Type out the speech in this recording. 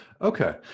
Okay